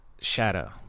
shadow